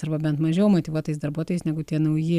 arba bent mažiau motyvuotais darbuotojais negu tie nauji